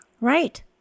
right